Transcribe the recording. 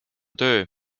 töö